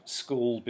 school